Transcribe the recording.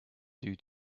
due